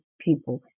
people